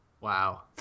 Wow